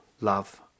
love